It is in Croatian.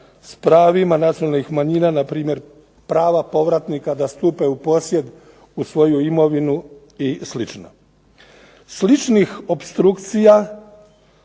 s pravima nacionalnih manjina, na primjer prava povratnika da stupe u posjed u svoju imovinu i slično. Sličnih opstrukcija,